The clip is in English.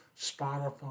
Spotify